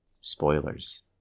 Spoilers